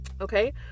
okay